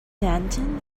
denton